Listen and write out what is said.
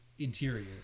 Interior